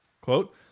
quote